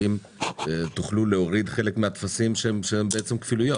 האם תוכלו להוריד חלק מהטפסים שהם בעצם כפילויות?